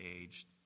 aged